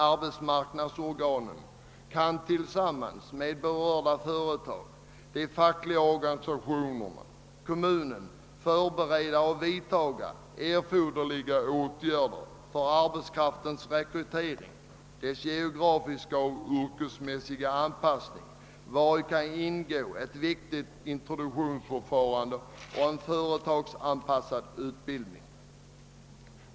Arbetsmarknadsorganen kan tillsammans med det berörda företaget, de fackliga organisationerna och kommunen förbereda och vidta erforderliga åtgärder för arbetskraftens rekrytering och dess geografiska och yrkesmässiga anpassning, vari kan ingå ett viktigt introduktionsförfarande och en företagsanpassad utbildning.